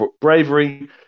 bravery